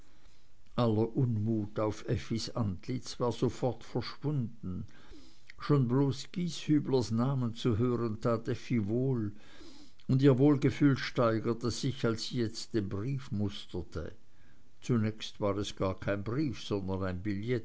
auf effis antlitz war sofort verschwunden schon bloß gieshüblers namen zu hören tat effi wohl und ihr wohlgefühl steigerte sich als sie jetzt den brief musterte zunächst war es gar kein brief sondern